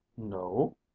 no